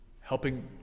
helping